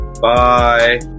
bye